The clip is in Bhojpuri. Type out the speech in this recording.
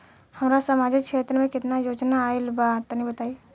हमरा समाजिक क्षेत्र में केतना योजना आइल बा तनि बताईं?